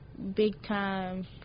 big-time